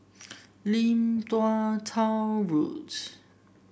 Lim Tua Tow Road